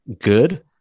good